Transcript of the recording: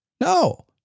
No